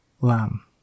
lamb